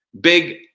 Big